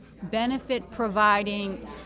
benefit-providing